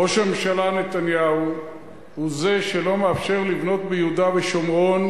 ראש הממשלה נתניהו הוא זה שלא מאפשר לבנות ביהודה ושומרון.